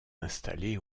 installée